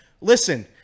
Listen